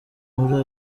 muri